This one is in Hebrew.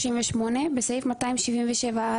(38) בסעיף 277(א),